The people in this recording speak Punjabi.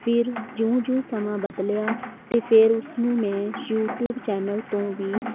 ਫਿਰ ਜਿਉਂ ਜਿਉਂ ਸਮਾਂ ਬਦਲਿਆ ਤਾਂ ਫਿਰ ਉਸਨੂੰ ਮੈਂ ਯੂਟੀਊਬ ਚੈਨਲ ਤੋਂ ਵੀ